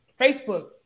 Facebook